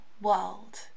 world